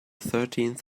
thirteenth